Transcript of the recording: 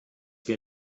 wir